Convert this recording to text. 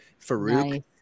Farouk